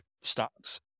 stocks